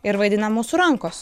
ir vaidina mūsų rankos